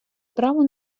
право